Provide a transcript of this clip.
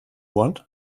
want